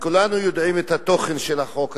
כולנו יודעים את התוכן של החוק הזה,